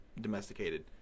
domesticated